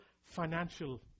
financial